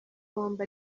bombi